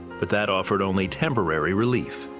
but that offered only temporary relief.